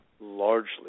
largely